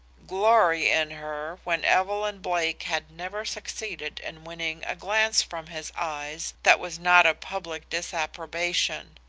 glory in her when evelyn blake had never succeeded in winning a glance from his eyes that was not a public disapprobation!